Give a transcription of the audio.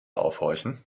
aufhorchen